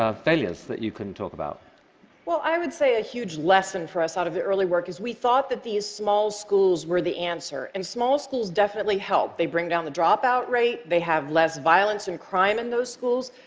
ah failures that you can talk about? mg well, i would say a huge lesson for us out of the early work is we thought that these small schools were the answer, and small schools definitely help. they bring down the dropout rate. they have less violence and crime in those schools.